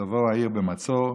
ותבא העיר במצור,